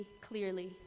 clearly